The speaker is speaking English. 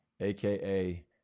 aka